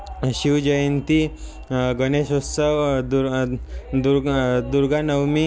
शिवजयंती गणेशोत्सव दूर दूर दुर्गानवमी